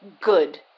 Good